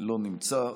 לא נמצא,